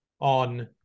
on